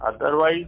Otherwise